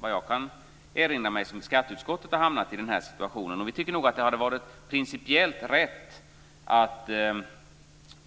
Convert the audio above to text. Vad jag kan erinra mig är det första gången som skatteutskottet har hamnat i den situationen. Det hade varit principiellt rätt att